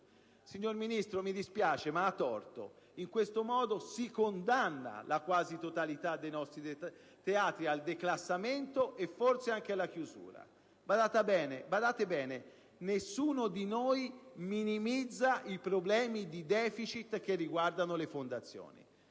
Signor Ministro, mi dispiace, ma ha torto. In questo modo si condanna la quasi totalità dei nostri teatri al declassamento e forse anche alla chiusura. Badate bene, nessuno di noi minimizza i problemi di deficit che riguardano le fondazioni,